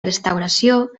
restauració